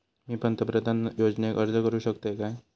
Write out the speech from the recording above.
मी पंतप्रधान योजनेक अर्ज करू शकतय काय?